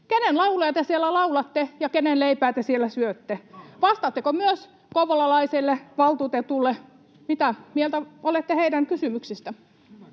Kenen lauluja te siellä laulatte, ja kenen leipää te siellä syötte? Vastaatteko myös kouvolalaiselle valtuutetulle, mitä mieltä olette hänen kysymyksistään?